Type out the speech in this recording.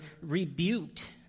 rebuked